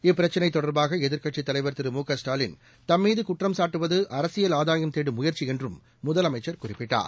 இப்பிரச்சினை தொடா்பாக எதிா்க்கட்சித் தலைவா் திரு மு க ஸ்டாலின் தம்மீது குற்றம்சாட்டுவது அரசியல் ஆதாயம் தேடும் முயற்சி என்றும் முதலமைச்சள் குறிப்பிட்டார்